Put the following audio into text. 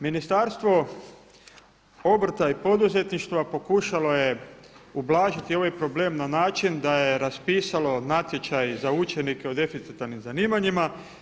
Ministarstvo obrta i poduzetništva pokušalo je ublažiti ovaj problem na način da je raspisalo natječaj za učenike u deficitarnim zanimanjima.